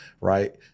right